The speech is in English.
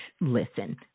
Listen